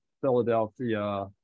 Philadelphia